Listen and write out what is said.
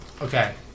Okay